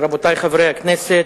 מועסקות,